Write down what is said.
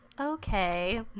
Okay